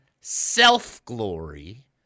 self-glory